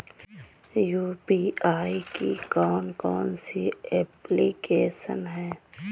UPI की कौन कौन सी एप्लिकेशन हैं?